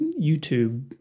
YouTube